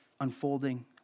unfolding